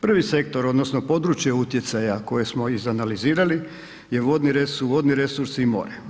Prci sektor odnosno područje utjecaja koje smo izanalizirali je vodni, su vodni resursi i more.